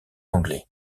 anglais